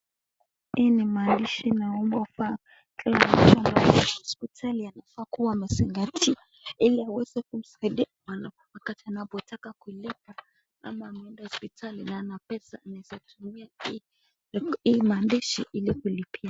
Hii ni maandishi naomba ufafanue. Kila mtu anafaa kuwa hospitali anafaa kuwa msingati ili aweze kumsaidia mwana wakati anapotaka kulipa ama ameenda hospitali na hana pesa. Nizatumia hii maandishi ili kulipa.